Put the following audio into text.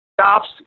stops